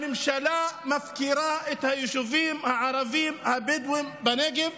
הממשלה מפקירה את היישובים הערביים הבדואיים בנגב.